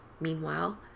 Meanwhile